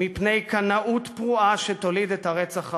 מול קנאות פרועה שתוליד את הרצח הבא.